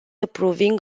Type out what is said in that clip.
approving